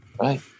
right